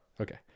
Okay